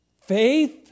Faith